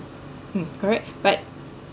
hmm correct but